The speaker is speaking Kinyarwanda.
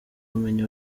bumenyi